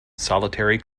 solitary